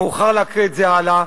מאוחר להקריא את זה הלאה.